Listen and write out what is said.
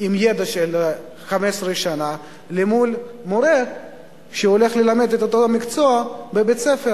עם ידע של 15 שנה לזאת של מורה שהולך ללמד את אותו מקצוע בבית-ספר.